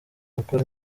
gukora